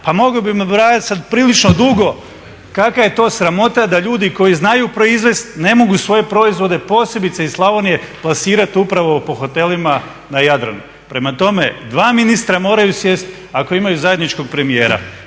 Pa mogao bih nabrajati sad prilično dugo kakva je to sramota da ljudi koji znaju proizvesti ne mogu svoje proizvode posebice iz Slavonije plasirati upravo po hotelima na Jadranu. Prema tome, dva ministra moraju sjest ako imaju zajedničkog premijera.